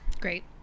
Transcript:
Great